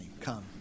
Come